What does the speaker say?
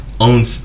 own